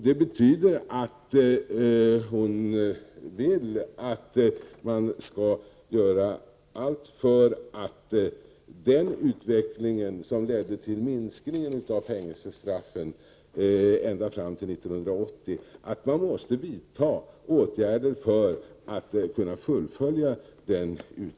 Det betyder att justitieministern vill att man skall göra allt för att få en fortsättning på den utveckling som ända fram till 1980 ledde till en minskning av antalet fängelsestraff.